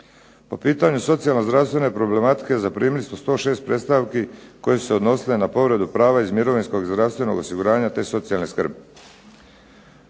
Po pitanju socijalno-zdravstvene problematike zaprimili smo 106 predstavki koje su se odnosile na povredu prava iz mirovinskog i zdravstvenog osiguranja, te socijalne skrbi.